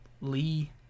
Lee